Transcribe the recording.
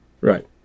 Right